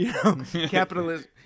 Capitalism